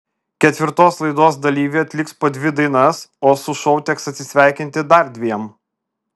ketvirtos laidos dalyviai atliks po dvi dainas o su šou teks atsisveikinti dar dviem